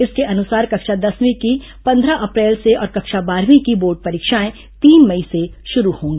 इसके अनुसार कक्षा दसवीं की पंद्रह अप्रैल से और कक्षा बारहवीं की बोर्ड परीक्षाएं तीन मई से शुरू होंगी